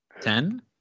Ten